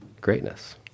greatness